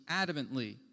adamantly